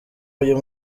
uyu